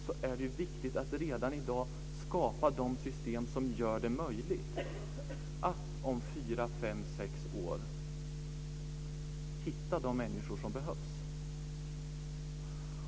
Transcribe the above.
Då är det viktigt att man redan i dag skapar de system som gör det möjligt att om 4-6 år hitta de människor som behövs.